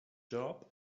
job